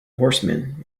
horsemen